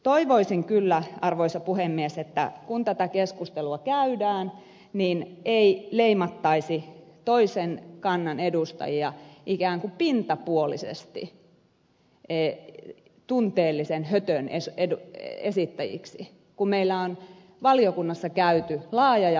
toivoisin kyllä arvoisa puhemies että kun tätä keskustelua käydään niin ei leimattaisi toisen kannan edustajia ikään kuin pintapuolisesti tunteellisen hötön esittäjiksi kun meillä on valiokunnassa käyty laaja ja perusteellinen kierros